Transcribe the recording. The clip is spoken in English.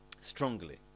strongly